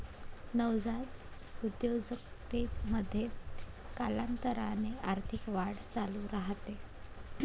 नवजात उद्योजकतेमध्ये, कालांतराने आर्थिक वाढ चालू राहते